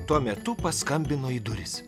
tuo metu paskambino į duris